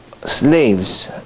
slaves